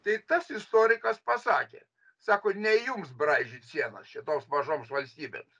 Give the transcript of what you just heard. tai tas istorikas pasakė sako ne jums braižyt sienas čia toms mažoms valstybėms